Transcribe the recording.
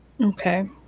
Okay